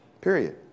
period